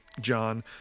John